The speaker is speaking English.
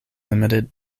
limited